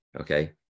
Okay